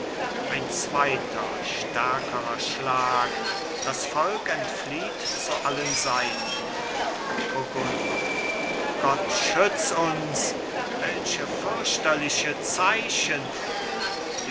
ein zweiter stärkerer schlag das volk entflieht zu allen seiten burgund gott schütz uns welche fürchterliche zeichen